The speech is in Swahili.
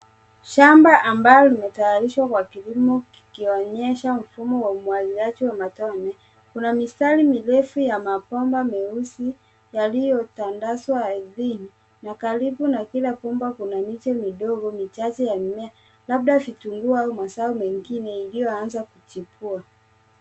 Shamba ambalo limetayarishwa kwa kilimo kikionyesha mfumo wa umwagliaji wa matone, kuna mistari mirefu ya mabomba meusi yaliyotadazwa ardhini ,na karibu na kila kumba kuna miche midogo michache ya mimea labda vitunguu au mazao mengine iliyoanza kuchipua.